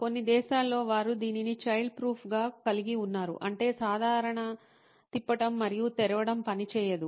కొన్ని దేశాలలో వారు దీనిని చైల్డ్ ప్రూఫ్గా కలిగి ఉన్నారు అంటే సాధారణ తిప్పటం మరియు తెరవడం పనిచేయదు